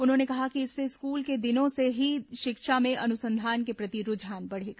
उन्होंने कहा कि इससे स्कूल के दिनों से ही शिक्षा में अनुसंधान के प्रति रूझान बढ़ेगा